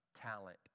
talent